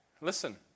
listen